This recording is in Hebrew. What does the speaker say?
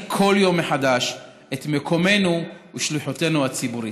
כל יום מחדש את מקומנו ושליחותנו הציבורית.